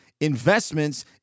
investments